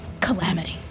calamity